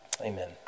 Amen